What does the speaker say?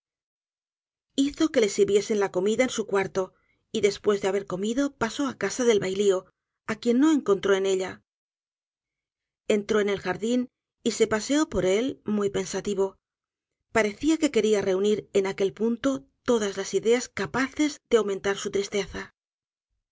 hizo que le sirviesen la comida en su cuarto y después de haber comido pasó á casa del bailío a quien no encontró en ella entró en el jardín y se paseó por él muy pensativo parecía que quería reunir en aquel punto todas las ideas capaces de aumentar su tristeza